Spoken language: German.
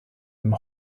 einem